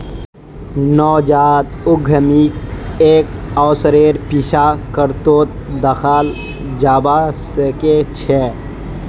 नवजात उद्यमीक एक अवसरेर पीछा करतोत दखाल जबा सके छै